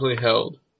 held